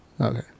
Okay